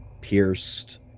pierced